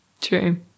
True